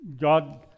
God